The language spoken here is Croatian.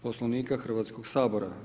Poslovnika Hrvatskog sabora.